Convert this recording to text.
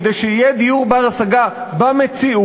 כדי שיהיה דיור בר-השגה במציאות,